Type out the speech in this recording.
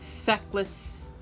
feckless